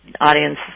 audience